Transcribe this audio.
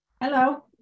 Hello